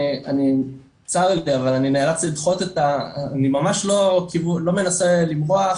אני נאלץ לדחות את ה- אני ממש לא מנסה לברוח,